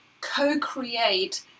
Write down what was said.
co-create